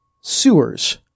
Sewers